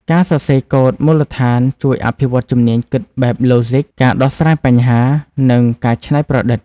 ការសរសេរកូដមូលដ្ឋានជួយអភិវឌ្ឍជំនាញគិតបែបឡូហ្ស៊ិក ការដោះស្រាយបញ្ហា និងការច្នៃប្រឌិត។